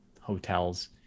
hotels